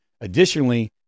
Additionally